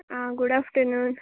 आं good afternoon